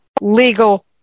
legal